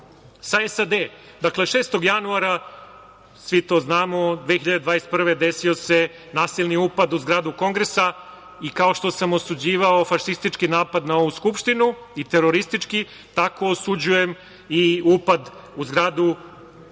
sa SAD. Dakle, 6. januara, svi to znamo, 2021. godine, desio se nasilni upad u zgradu Kongresa, i kao što sam osuđivao fašistički napad na ovu Skupštinu, i teroristički, tako osuđujem i upad u zgradu na